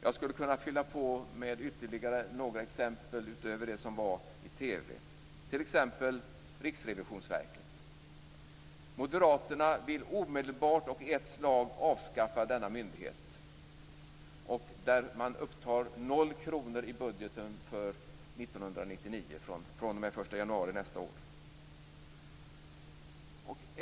Jag skulle kunna fylla på med ytterligare några exempel utöver det som var i TV, t.ex. Riksrevisionsverket. Moderaterna vill omedelbart och i ett slag avskaffa denna myndighet där man upptar noll kronor i budgeten för 1999 fr.o.m. den 1 januari nästa år.